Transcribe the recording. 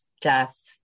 death